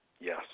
yes